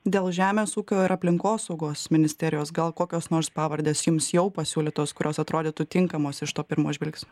dėl žemės ūkio ir aplinkosaugos ministerijos gal kokios nors pavardės jums jau pasiūlytos kurios atrodytų tinkamos iš to pirmo žvilgsnio